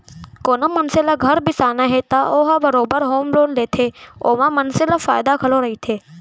कोनो मनसे ल घर बिसाना हे त ओ ह बरोबर होम लोन लेथे ओमा मनसे ल फायदा घलौ रहिथे